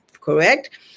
correct